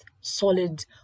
solid